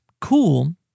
cool